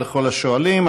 ולכל השואלים.